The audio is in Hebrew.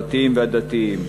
החברתיים והדתיים".